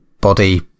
body